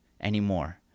anymore